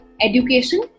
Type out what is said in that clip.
Education